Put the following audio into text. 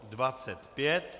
25.